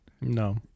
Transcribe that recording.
No